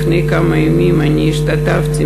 לפני כמה ימים אני השתתפתי,